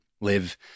live